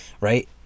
right